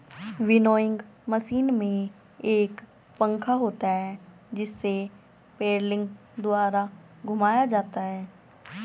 winnowing machine में एक पंखा होता है जिसे पेडलिंग द्वारा घुमाया जाता है